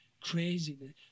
craziness